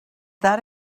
that